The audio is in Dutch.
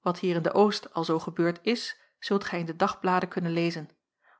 wat hier in de oost al zoo gebeurd is zult gij in de dagbladen kunnen lezen